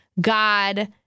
God